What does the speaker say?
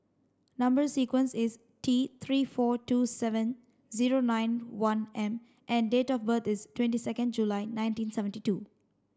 number sequence is T three four two seven zero nine one M and date of birth is twenty second July nineteen seventy two